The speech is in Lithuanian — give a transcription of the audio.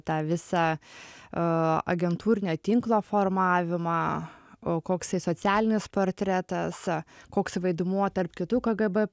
tą visą agentūrinio tinklo formavimą o koks socialinis portretas koks vaidmuo tarp kitų kgb